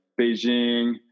Beijing